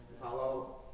Hello